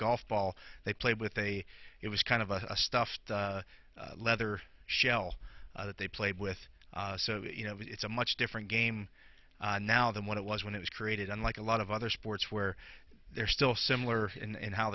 golf ball they played with a it was kind of a stuffed leather shell that they played with so you know it's a much different game now than what it was when it was created unlike a lot of other sports where they're still similar in